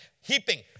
Heaping